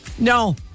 No